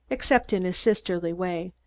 except in a sisterly way,